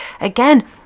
again